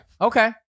Okay